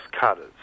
cutters